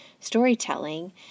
storytelling